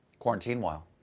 quarantine-while,